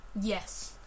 yes